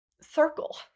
circle